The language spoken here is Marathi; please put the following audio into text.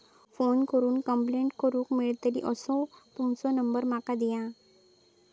फोन करून कंप्लेंट करूक मेलतली असो तुमचो नंबर माका दिया?